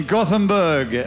Gothenburg